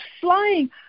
flying